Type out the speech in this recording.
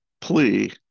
plea